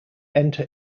enter